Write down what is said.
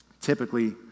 typically